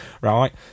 right